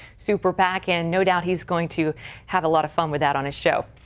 super pac, and no doubt he's going to have a lot of fun with that on his show.